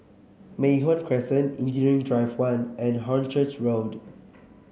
Mei Hwan Crescent Engineering Drive One and Hornchurch Road